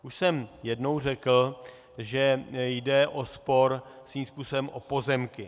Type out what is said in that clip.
Už jsem jednou řekl, že jde o spor svým způsobem o pozemky.